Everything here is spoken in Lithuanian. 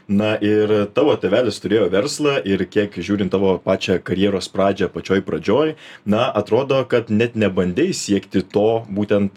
na ir tavo tėvelis turėjo verslą ir kiek žiūrint tavo pačią karjeros pradžią pačioj pradžioj na atrodo kad net nebandei siekti to būtent